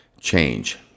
change